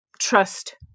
trust